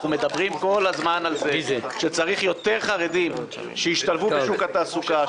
אנחנו מדברים כל הזמן על זה שצריך יותר חרדים שישתלבו בשוק התעסוקה,